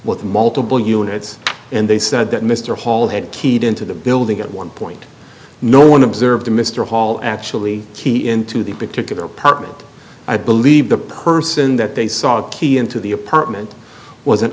with multiple units and they said that mr hall had keyed into the building at one point no one observed mr hall actually key into the particular apartment i believe the person that they saw a key into the apartment was an